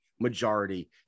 majority